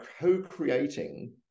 co-creating